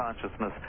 consciousness